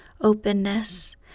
openness